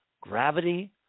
gravity